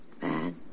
bad